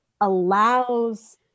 allows